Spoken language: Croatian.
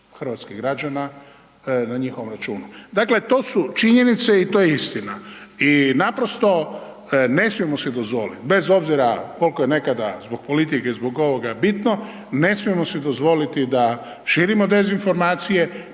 hrvatskih građana na njihovom računu. Dakle, to su činjenice i to je istina i naprosto ne smijemo si dozvoliti bez obzira koliko je nekada, zbog politike, zbog ovoga bitno, ne smijemo si dozvoliti da širimo dezinformacije,